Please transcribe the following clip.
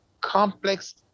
complex